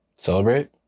Celebrate